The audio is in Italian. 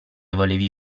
volevi